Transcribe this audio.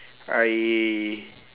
I